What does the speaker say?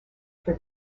for